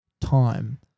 time